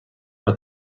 but